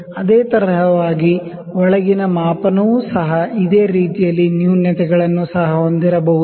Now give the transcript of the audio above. ಅದೇ ತರಹವಾಗಿ ಒಳಗಿನ ಮಾಪನವು ಸಹ ಇದೇ ರೀತಿಯ ನ್ಯೂನತೆ ಗಳನ್ನು ಸಹ ಹೊಂದಿರಬಹುದು